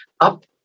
up